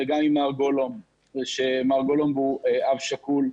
וגם עם מר גולומב שהוא אב שכול,